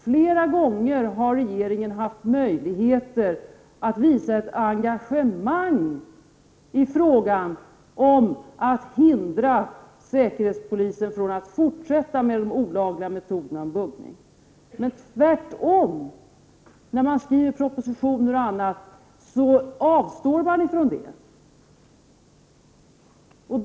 Flera gånger har regeringen haft möjligheter att visa ett engagemang i fråga om att hindra säkerhetspolisen från att fortsätta med de olagliga metoderna av buggning. Men när regeringen skriver propositioner och annat avstår man tvärtom från det.